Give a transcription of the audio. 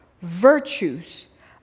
virtues